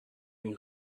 این